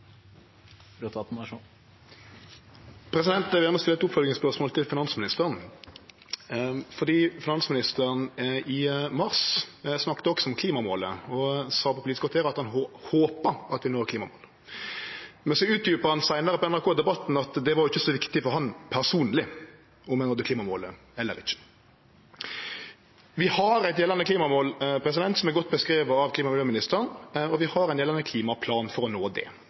til finansministeren. Finansministeren snakka i mars også om klimamålet og sa på Politisk kvarter at han håpa vi når klimamålet. Så utdjupa han seinare på NRK Debatten at det ikkje var så viktig for han personleg om ein nådde klimamålet eller ikkje. Vi har eit gjeldande klimamål som er godt beskrive av klima- og miljøministeren, og vi har ein gjeldande klimaplan for å nå det.